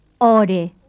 Ore